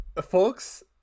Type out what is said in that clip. folks